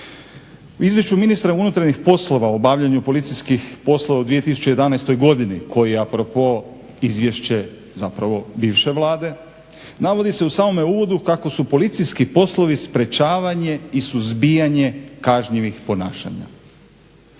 U Izvješću ministra unutarnjih poslova o obavljanju policijskih poslova u 2011. godini koji je a propos izvješće zapravo bivše Vlade navodi se u samome uvodu kako su policijski poslovi sprječavanje i suzbijanje kažnjivih ponašanja.